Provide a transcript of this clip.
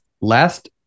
last